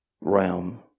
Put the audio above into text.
realm